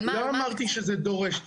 לא אמרתי שזה דורש תקציב,